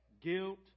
guilt